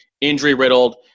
injury-riddled